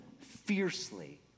fiercely